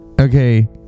okay